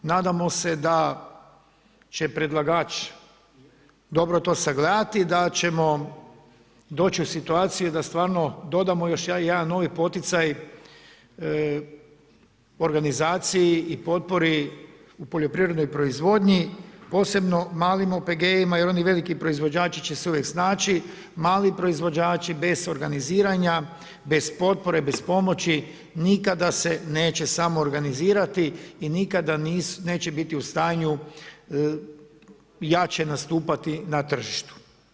Nadamo se da će predlagač dobro to sagledati, da ćemo doći u situaciju da stvarno dodamo još jedan novi poticaj, organizaciji i potpori u poljoprivrednoj proizvodnji posebno malim OPG-ima, jer oni veliki proizvođači će se uvijek snaći, mali proizvođači, bez organiziranja, bez potpore, bez pomoći, nikada se neće samo organizirati i nikada neće biti u stanju jače nastupati na tržištu.